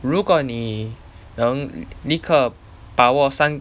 如果你能立刻把握三